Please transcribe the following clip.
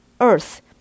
earth